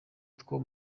two